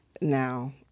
now